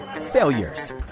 failures